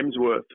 Hemsworth